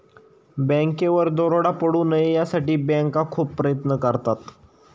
बँकेवर दरोडा पडू नये यासाठी बँका खूप प्रयत्न करतात